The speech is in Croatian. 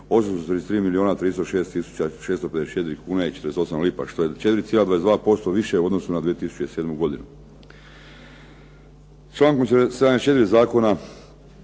tisuća 654 kune i 48 lipa što je 4,22% više u odnosu na 2007. godinu. Člankom 74. zakona